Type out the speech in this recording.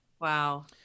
Wow